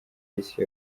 y’isi